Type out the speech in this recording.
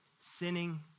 Sinning